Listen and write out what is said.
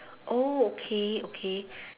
oh okay okay